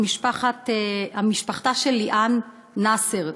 את משפחתה של ליאן נאסר,